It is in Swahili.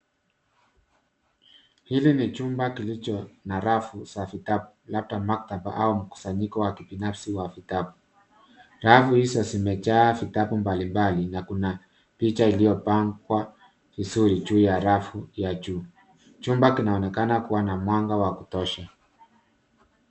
Hili ni chumba kilicho na rafu za vitabu labda maktaba au mkusanyiko wa kibinafsi wa vitabu. Rafu hizo zimejaa vitabu mbalimbali na kuna picha iliyopangwa vizuri juu ya rafu ya juu. Chumba kinaonekana kuwa na mwanga wa kutosha.